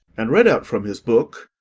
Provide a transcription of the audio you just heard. and read out from his book,